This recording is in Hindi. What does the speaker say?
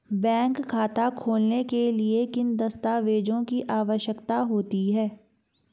बैंक खाता खोलने के लिए किन दस्तावेज़ों की आवश्यकता होती है?